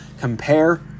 compare